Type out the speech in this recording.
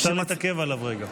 אפשר להתעכב עליו רגע.